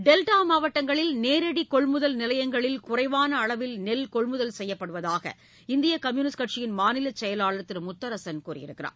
delta மாவட்டங்களில் நேரடி கொள்முதல் நிலையங்களில் குறைவான அளவில் நெல்கொள்முதல் செய்யப்படுவதாக இந்திய கம்யூனிஸ்ட் கட்சியின் மாநில செயலாளர் திரு முத்தரசன் கூறியுள்ளார்